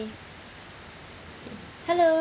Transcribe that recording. hello